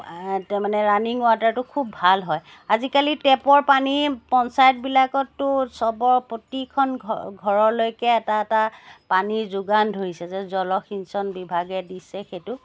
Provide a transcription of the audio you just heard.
তাৰমানে ৰানিং ৱাটাৰটো খুব ভাল হয় আজিকালি টেপৰ পানী পঞ্চায়তবিলাকতো চবৰ প্ৰতিখন ঘ ঘৰলৈকে এটা এটা পানীৰ যোগান ধৰিছে যে জলসিঞ্চন বিভাগে দিছে সেইটো